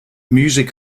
music